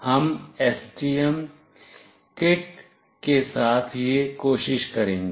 हम STM kit के साथ यह कोशिश करेंगे